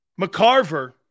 McCarver